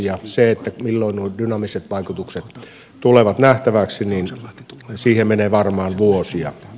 ja siihen että nuo dynaamiset vaikutukset tulevat nähtäviksi menee varmaan vuosia